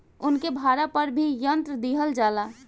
उनके भाड़ा पर भी यंत्र दिहल जाला